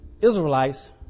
Israelites